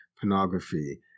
pornography